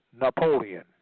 Napoleon